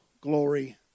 glory